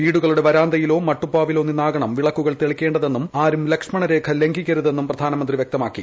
വീടുകളുടെ വരാന്തയിലോ മട്ടുപ്പാവിലോ നിന്നാവണം വിളക്കുകൾ തെളിക്കേണ്ടതെന്നും ആരും ലക്ഷ്മണ രേഖ ലംഘിക്കരുതെന്നും പ്രധാനമന്ത്രി പറഞ്ഞു